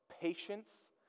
patience